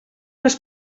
els